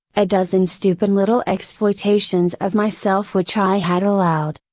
a dozen stupid little exploitations of myself which i had allowed,